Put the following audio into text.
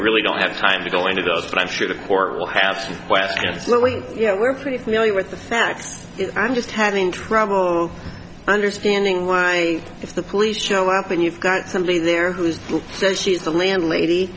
really don't have time to go into those but i'm sure the court will have some questions what we you know we're pretty familiar with the facts and just having trouble understanding why if the police show up and you've got somebody there who says she's the landlady